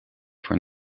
voor